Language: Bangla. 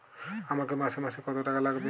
আমাকে মাসে মাসে কত টাকা লাগবে?